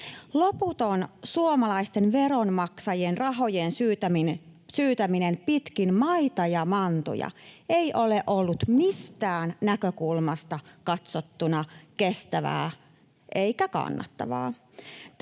Loputon suomalaisten veronmaksajien rahojen syytäminen pitkin maita ja mantuja ei ole ollut mistään näkökulmasta katsottuna kestävää eikä kannattavaa.